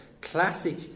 classic